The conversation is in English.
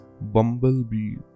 Bumblebee